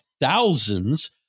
thousands